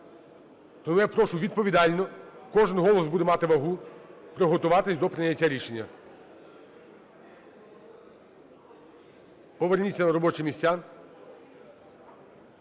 Тому я прошу відповідально, кожний голос буде мати вагу, приготуватись до прийняття рішення. Поверніться на робочі місця.